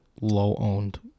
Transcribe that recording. low-owned